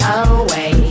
away